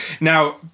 now